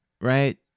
right